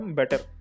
better